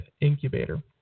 Incubator